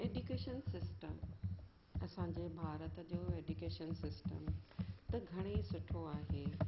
एडिकेशन system असांजे भारत जो education system त घणेई सुठो आहे